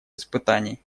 испытаний